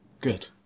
Good